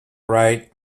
right